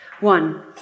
One